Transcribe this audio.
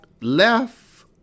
left